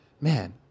Man